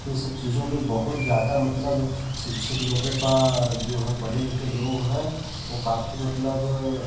ये सब चीज़ों पे बहुत ज़्यादा मतलब शिक्षित लोगों का जो है पढ़े लिखे लोग है वो काफ़ी मतलब